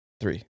Three